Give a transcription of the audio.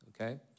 okay